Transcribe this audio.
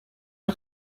est